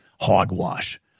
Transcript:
Hogwash